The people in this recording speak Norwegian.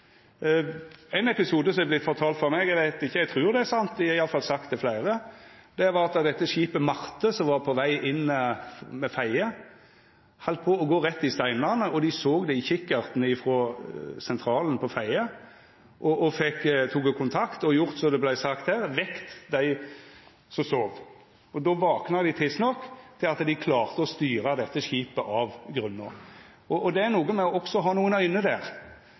Ein episode som har vorte meg fortald – eg trur han er sann, det i alle fall fleire som har sagt det – var om skipet «Marthe», som heldt på å gå rett i steinane ved Fedje. Dei ved sjøtrafikksentralen på Fedje såg det i kikkerten, tok kontakt med skipet og vekte dei som sov, som det vart sagt her. Dei vakna tidsnok til at dei klarte å styra skipet slik at det ikkje gjekk på grunn. Det er noko med å ha nokre auger der.